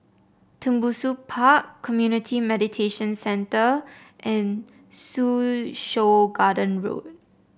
Tembusu Park Community Mediation Centre and Soo Chow Garden Road